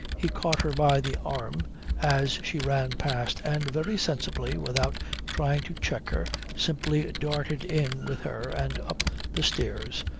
he caught her by the arm as she ran past and, very sensibly, without trying to check her, simply darted in with her and up the stairs,